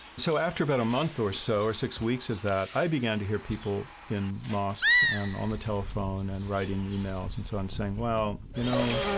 so after about a month or so or six weeks of that, i began to hear people in mosques and on the telephone and writing e-mails and so on, saying, well, you know,